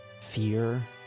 fear